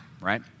right